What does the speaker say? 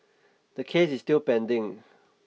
the case is still pending